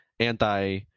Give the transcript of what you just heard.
Anti